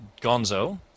Gonzo